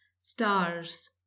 stars